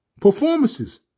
Performances